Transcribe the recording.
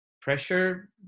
pressure